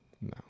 no